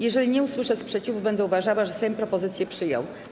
Jeżeli nie usłyszę sprzeciwu, będę uważała, że Sejm propozycje przyjął.